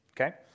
okay